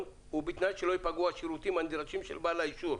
ובתנאי שלא יפגעו השירותים הנדרשים של בעל האישור.